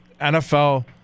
NFL